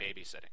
babysitting